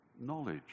knowledge